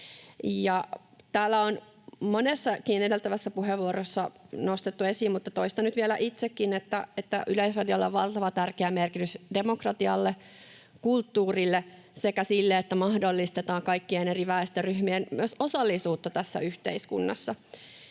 Täällä on monessakin edeltävässä puheenvuorossa nostettu esiin mutta toistan nyt vielä itsekin, että Yleisradiolla on valtavan tärkeä merkitys demokratialle, kulttuurille sekä myös sille, että mahdollistetaan kaikkien eri väestöryhmien osallisuutta tässä yhteiskunnassa.